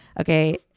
okay